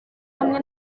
hamwe